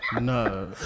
no